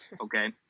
okay